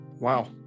Wow